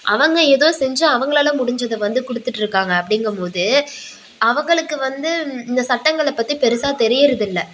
அவங்கள் ஏதோ செஞ்சு அவர்களால முடிஞ்சதை வந்து கொடுத்துட்ருக்காங்க அப்படிங்கும்மோது அவர்களுக்கு வந்து இந்த சட்டங்களை பற்றி பெரிசா தெரியறதில்ல